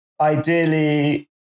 ideally